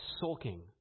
sulking